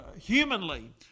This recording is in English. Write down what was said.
humanly